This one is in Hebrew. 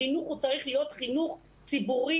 החינוך צריך להיות חינוך ציבורי.